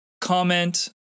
comment